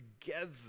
together